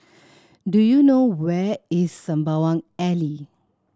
do you know where is Sembawang Alley